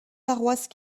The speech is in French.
paroisses